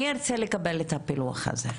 אני ארצה לקבל את הפילוח הזה.